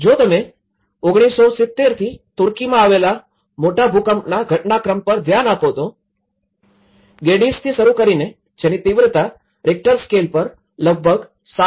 જો તમે ૧૯૭૦થી તુર્કીમાં આવેલા મોટા ભૂકંપના ઘટનાક્રમ પર ધ્યાન આપો તો ગેડિઝ થી શરૂ કરીને જેની તીવ્રતા રિક્ટર સ્કેલ પર લગભગ ૭